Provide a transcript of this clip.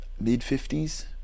mid-50s